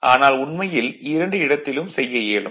ஆனால் உண்மையில் இரண்டு இடத்திலும் செய்ய இயலும்